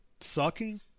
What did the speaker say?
sucking